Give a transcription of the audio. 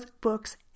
books